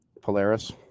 polaris